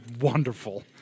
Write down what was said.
wonderful